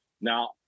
now